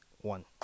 one